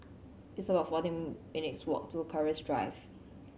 it's about fourteen minutes' walk to Keris Drive